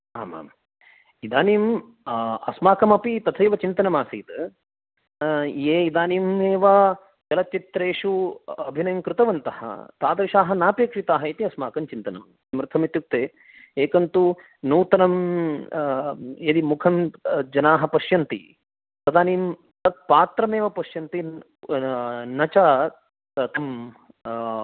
आममाम् इदानीं अस्माकमपि तथैव चिन्तनमासीत् ये इदानीमेव चलच्चित्रेषु अभिनयं कृतवन्तः तादृशाः नापेक्षिताः इति अस्माकं चिन्तनं किमर्थमित्युक्ते एकं तु नूतनं यदि मुखं जनाः पश्यन्ति तदानीं तत्पात्रमेव पश्यन्ति न च तं